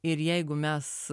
ir jeigu mes